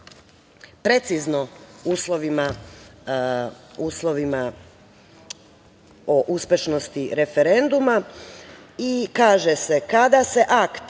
precizno uslovima o uspešnosti referenduma i kaže se: „Kada se akt